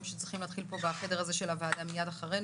שצריכים להתחיל פה בחדר הזה של הוועדה מיד אחרינו.